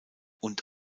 und